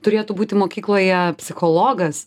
turėtų būti mokykloje psichologas